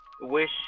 wish